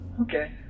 Okay